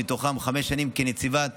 ומתוכן חמש שנים כנציבת